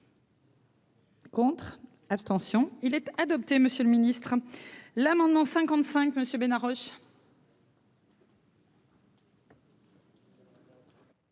Contre, abstention il était adopté, Monsieur le Ministre, l'amendement 55 Monsieur Bénard Roche.